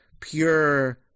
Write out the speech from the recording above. pure